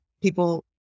people